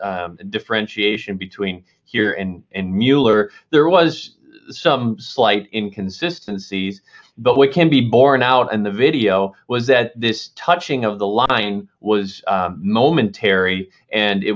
a differentiation between here and mueller there was some slight inconsistency but what can be borne out in the video was that this touching of the line was momentary and it